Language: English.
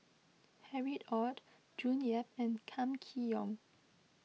Harry Ord June Yap and Kam Kee Yong